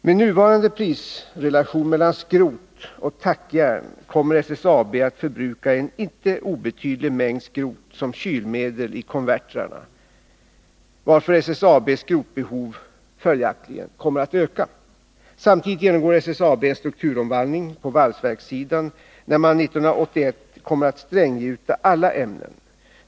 Med nuvarande prisrelation mellan skrot och tackjärn kommer SSAB att förbruka en icke obetydlig mängd skrot som kylmedel i konvertrarna, varför SSAB:s skrotbehov följaktligen ökar. Samtidigt genomgår SSAB en strukturomvandling på valsverkssidan, när man 1981 kommer att stränggjuta alla ämnen.